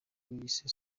wiyise